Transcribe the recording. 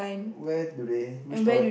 where do they which toilet